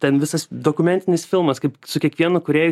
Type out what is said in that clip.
ten visas dokumentinis filmas kaip su kiekvienu kūrėju